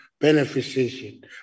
beneficiation